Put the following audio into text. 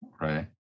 Right